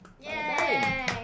Yay